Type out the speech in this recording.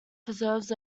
preserves